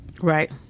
Right